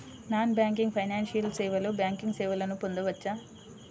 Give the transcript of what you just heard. Non banking financial సేవలో banking సేవలను పొందవచ్చా?